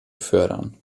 fördern